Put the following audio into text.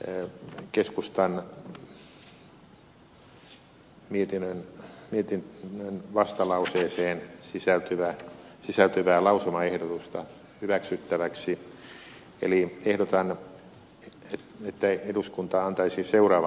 ehdotan eduskunnalle mietinnön vastalauseeseen sisältyvää keskustan lausumaehdotusta hyväksyttäväksi eli ehdotan että eduskunta antaisi seuraavan lausuman